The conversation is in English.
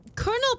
Colonel